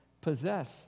possess